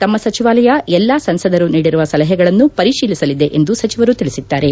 ತಮ್ಮ ಸಚಿವಾಲಯ ಎಲ್ಡಾ ಸಂಸದರು ನೀಡಿರುವ ಸಲಹೆಗಳನ್ನು ಪರಿಶೀಲಿಸಲಿದೆ ಎಂದು ಸಚಿವರು ತಿಳಿಸಿದ್ದಾರೆ